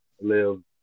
live